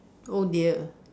oh dear